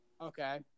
Okay